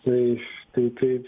tai štai taip